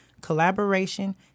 collaboration